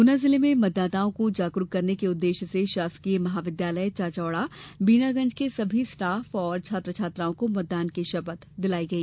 गुना जिले मे मतदाताओं को जागरूक करने के उद्देश्य से शासकीय महाविद्यालय चांचौडा बीनागंज के समस्त स्टाफ और छात्र छात्राओं को मतदान की शपथ दिलाई गई